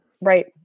Right